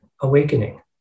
awakening